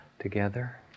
together